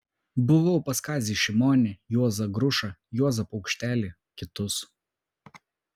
buvau pas kazį šimonį juozą grušą juozą paukštelį kitus